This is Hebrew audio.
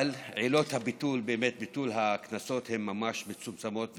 אבל עילות ביטול הקנסות הן ממש מצומצמות,